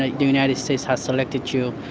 ah the united states has selected you.